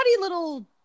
little